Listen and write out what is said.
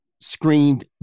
screened